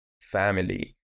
family